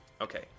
Okay